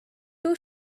too